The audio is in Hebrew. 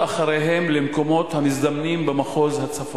אחריהם למקומות המזדמנים במחוז הצפון.